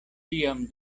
ĉiam